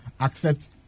accept